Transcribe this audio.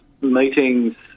meetings